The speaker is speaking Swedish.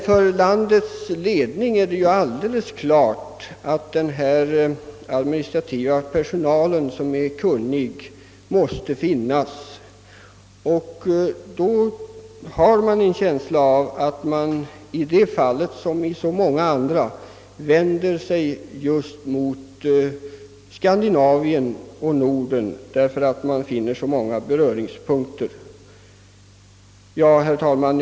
För landets ledning står det emellertid klart att kunnig administrativ personal måste finnas, och man har en känsla av att vederbörande i detta fall, liksom i så många andra, vill vända sig till de nordiska länderna med vilka det finns så många beröringspunkter. Herr talman!